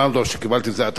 כפי שכולכם ראיתם,